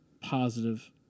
positive